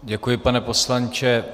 Děkuji, pane poslanče.